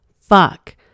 fuck